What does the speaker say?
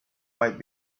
might